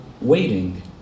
waiting